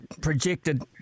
projected